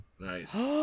Nice